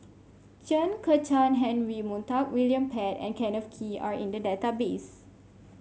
Chen Kezhan Henri Montague William Pett and Kenneth Kee are in the database